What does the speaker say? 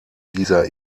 dieser